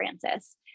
Francis